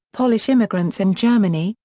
polish immigrants in germany,